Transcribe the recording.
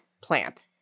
plant